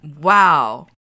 Wow